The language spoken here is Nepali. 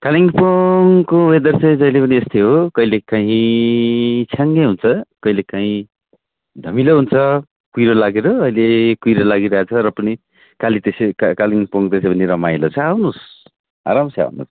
कालिम्पोङको वेदर चाहिँ जहिले पनि यस्तै हो कहिले काहीँ छ्याङ्गै हुन्छ कहिले काहीँ धमिलो हुन्छ कुहिरो लागेर अहिले कुहिरो लागिरहेको छ र पनि कालि त्यसै कालिम्पोङ त्यसै पनि रमाइलो छ आउनुहोस् आराम से आउनुहोस